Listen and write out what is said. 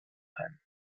him